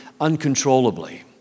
uncontrollably